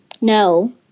No